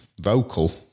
vocal